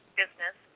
business